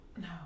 No